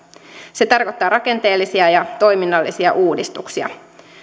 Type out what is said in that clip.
se tarkoittaa rakenteellisia ja toiminnallisia uudistuksia